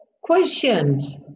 questions